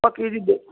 ਬਾਕੀ ਜੀ ਦੇਖ